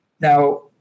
now